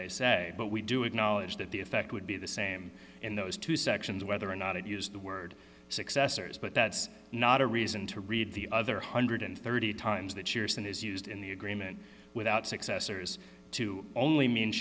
they say but we do acknowledge that the effect would be the same in those two sections whether or not it used the word successors but that's not a reason to read the other one hundred and thirty times that shearson is used in the agreement without successors to only mean